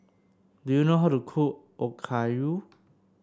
do you know how to cook Okayu